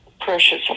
precious